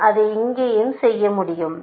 நான் அதை இங்கேயும் செய்ய முடியும்